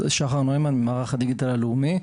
שחר נוימן ממערך הדיגיטל הלאומי.